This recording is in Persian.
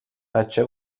بچه